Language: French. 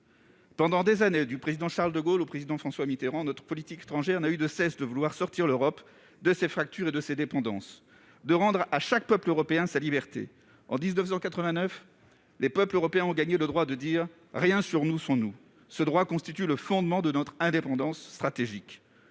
Pendant des années, du président Charles de Gaulle au président François Mitterrand, notre politique étrangère n'a eu de cesse de vouloir sortir l'Europe de ses fractures et de ses dépendances, de rendre à chaque peuple européen sa liberté. En 1989, les peuples européens ont gagné le droit de dire :« Rien sur nous sans nous !» Ce droit constitue le fondement de notre indépendance stratégique.